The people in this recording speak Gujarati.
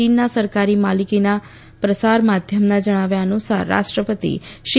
ચીનના સરકારી માલિકીના પ્રસાર માધ્યમના જણાવ્યા અનુસાર રાષ્ટ્રપતિ શી